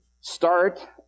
start